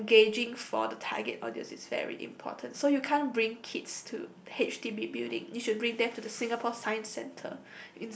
engaging for the target audience is very important so you can't bring kids to H_D_B building you should bring them to the Singapore Science-Centre